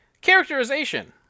Characterization